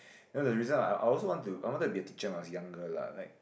then the reason I I also want to I wanted to be a teacher when I was younger lah like